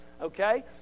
Okay